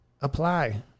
apply